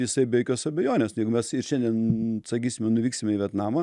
jisai be jokios abejonės nu jeigu mes ir šiandien sakysime nuvyksim į vietnamą